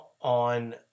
on